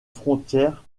frontières